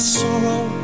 sorrow